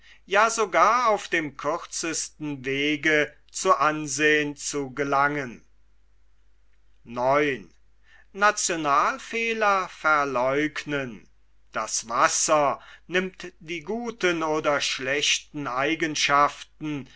ja sogar auf dem kürzesten wege zu ansehn zu gelangen das wasser nimmt die guten oder schlechten eigenschaften